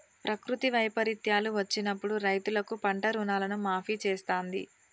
ప్రకృతి వైపరీత్యాలు వచ్చినప్పుడు రైతులకు పంట రుణాలను మాఫీ చేస్తాంది